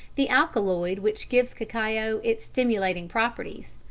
the alkaloid which gives cacao its stimulating properties,